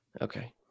Okay